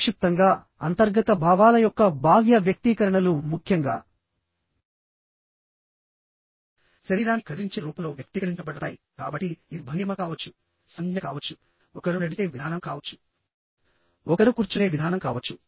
సంక్షిప్తంగా అంతర్గత భావాల యొక్క బాహ్య వ్యక్తీకరణలు ముఖ్యంగా శరీరాన్ని కదిలించే రూపంలో వ్యక్తీకరించబడతాయి కాబట్టి ఇది భంగిమ కావచ్చు సంజ్ఞ కావచ్చు ఒకరు నడిచే విధానం కావచ్చు ఒకరు కూర్చునే విధానం కావచ్చు